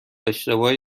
اشتباهی